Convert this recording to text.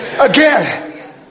Again